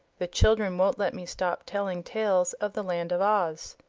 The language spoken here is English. the children won't let me stop telling tales of the land of oz.